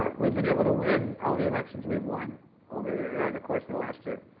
ah we've been able to win all the elections we've won over the course of the last year.